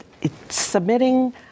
submitting